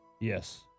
Yes